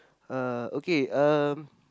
uh okay um